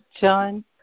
John